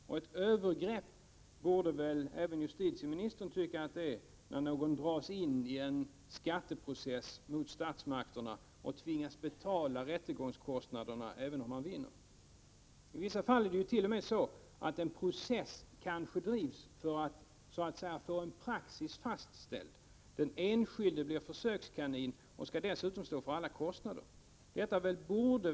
Även justitieministern borde väl tycka att det är ett övergrepp när någon dras in i en skatteprocess mot statsmakterna och tvingas betala rättegångskostnaderna även om han vinner. I vissa fall kan en process t.o.m. drivas för att man skall få en praxis fastställd. Den enskilde blir försökskanin och skall dessutom stå för alla kostnader.